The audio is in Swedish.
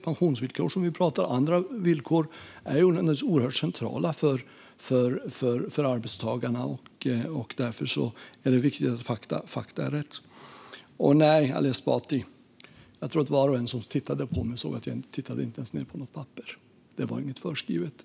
Pensionsvillkor och andra villkor är naturligtvis oerhört centrala för arbetstagarna, och därför är det viktigt att fakta är riktiga. Nej, Ali Esbati, jag tror att var och en som tittade på mig såg att jag inte ens tittade ned på mitt papper. Det var inget förskrivet.